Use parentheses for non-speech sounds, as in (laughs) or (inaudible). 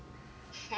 (laughs)